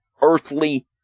earthly